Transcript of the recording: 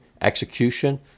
execution